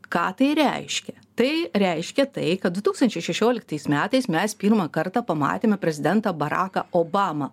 ką tai reiškia tai reiškia tai kad du tūkstančiai šešioliktais metais mes pirmą kartą pamatėme prezidentą baraką obamą